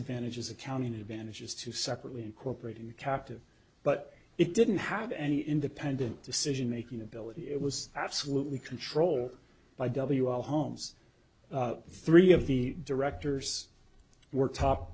advantages accounting advantages to separately incorporating captive but it didn't have any independent decision making ability it was absolutely controlled by w all homes three of the directors were top